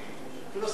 הוא שר פנים טוב,